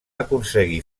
aconseguir